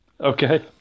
Okay